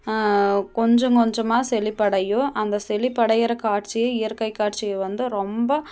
கொஞ்சம் கொஞ்சமாக செழிப்படையும் அந்த செழிப்படையிற காட்சியை இயற்கை காட்சியை வந்து ரொம்ப